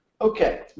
Okay